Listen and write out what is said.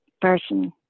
person